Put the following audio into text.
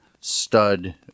stud